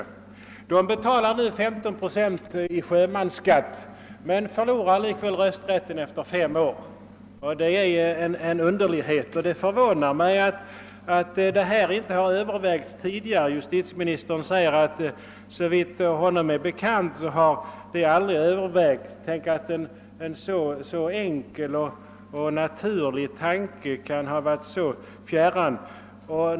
Dessa personer betalar nu 15 procent i sjömansskatt men förlorar likväl rösträtten efter fem år. Det är en underlighet, och det förvånar mig att den tanke jag nu framfört inte övervägts tidigare. Justitieministern säger ju att såvitt honom är bekant har något sådant aldrig övervägts: att sammankoppla skatt och rösträtt. Tänk att en så enkel och naturlig tanke kan ha varit så fjärran!